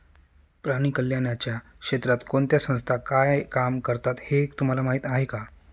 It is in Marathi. प्राणी कल्याणाच्या क्षेत्रात कोणत्या संस्था काय काम करतात हे तुम्हाला माहीत आहे का?